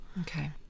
okay